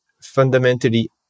fundamentally